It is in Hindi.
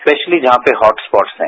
फ्रेसली जहां पर हॉट स्पॉट हैं